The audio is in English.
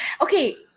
okay